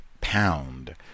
pound